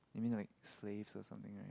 you mean like slaves or something right